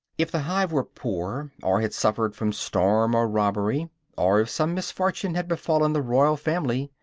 if the hive were poor, or had suffered from storm or robbery or if some misfortune had befallen the royal family,